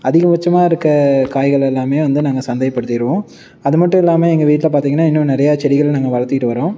அதிகபட்சமாக இருக்க காய்களெல்லாம் வந்து நாங்கள் சந்தை படுத்திடுவோம் அது மட்டும் இல்லாமல் எங்கள் வீட்டில் பார்த்திங்கன்னா இன்னும் நிறைய செடிகள் நாங்கள் வளர்த்திகிட்டு வரோம்